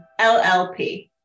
LLP